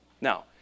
Now